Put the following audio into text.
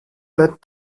let